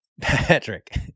Patrick